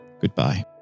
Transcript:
goodbye